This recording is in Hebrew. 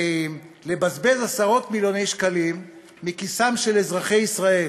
לבזבז עשרות מיליוני שקלים מכיסם של אזרחי ישראל,